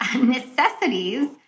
necessities